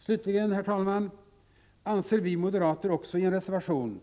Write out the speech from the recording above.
Slutligen, herr talman, anser vi moderater i en reservation